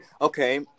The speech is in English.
okay